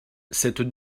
cette